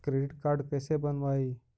Credit card कैसे बनवाई?